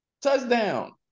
touchdown